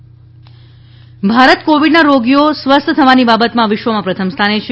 Covid દેશ ભારત કોવિડના રોગીઓ સ્વસ્થ થવાની બાબતમાં વિશ્વમાં પ્રથમ સ્થાને છે